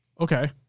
Okay